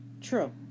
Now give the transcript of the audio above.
True